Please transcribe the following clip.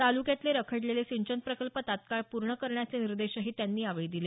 तालुक्यातले रखडलेले सिंचन प्रकल्प तत्काळ पूर्ण निर्देशही त्यांनी यावेळी दिले